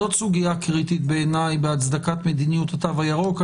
זאת סוגיה קריטית בעיניי בהצדקת מדיניות התו הירוק.